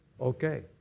Okay